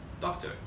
doctor